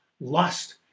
lust